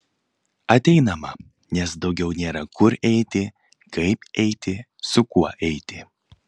ateinama nes daugiau nėra kur eiti kaip eiti su kuo eiti